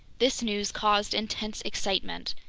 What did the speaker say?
this news caused intense excitement.